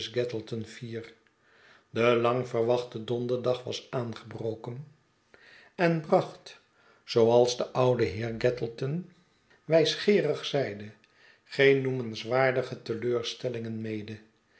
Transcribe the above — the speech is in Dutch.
de lang verwachte donderdag was aangebroken en bracht zooals de oude heer gattleton schetsen van boz wijsgeerig zeide geen noemenswaardige teleurstellingen mede